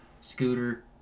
scooter